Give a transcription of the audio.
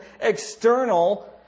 external